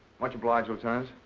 much obliged, lieutenant.